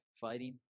fighting